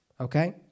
Okay